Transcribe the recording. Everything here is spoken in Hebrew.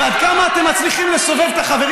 ועד כמה אתם מצליחים לסובב את החברים